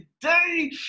today